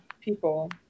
people